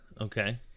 Okay